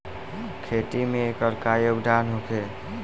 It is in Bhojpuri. खेती में एकर का योगदान होखे?